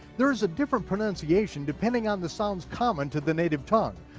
there's a different pronunciation depending on the sounds common to the native tongue.